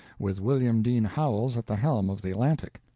with william dean howells at the helm of the atlantic.